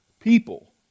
people